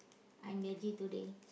I'm veggie today